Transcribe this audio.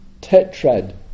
tetrad